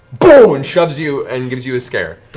boo! and shoves you and gives you a scare.